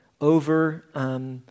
over